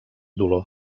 dolor